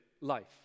life